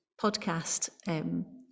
podcast